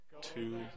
two